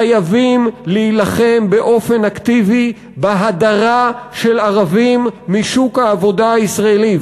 חייבים להילחם באופן אקטיבי בהדרה של ערבים משוק העבודה הישראלי,